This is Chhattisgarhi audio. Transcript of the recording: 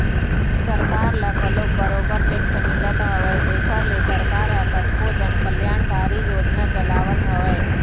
सरकार ल घलोक बरोबर टेक्स मिलत हवय जेखर ले सरकार ह कतको जन कल्यानकारी योजना चलावत हवय